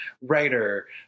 writer